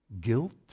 guilt